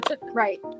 right